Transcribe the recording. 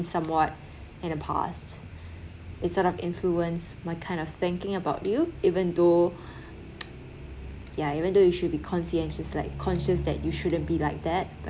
somewhat in the past it sort of influence my kind of thinking about you even though yeah even though you should be conscientious like conscious that you shouldn't be like that